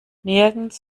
nirgends